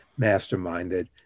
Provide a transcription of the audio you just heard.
masterminded